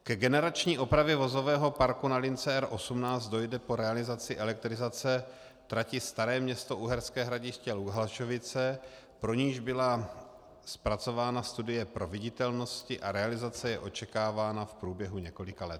Ke generační opravě vozového parku na lince R18 dojde po realizaci elektrizace trati Staré Město Uherské Hradiště Luhačovice, pro niž byla zpracována studie proveditelnosti, a realizace je očekávána v průběhu několika let.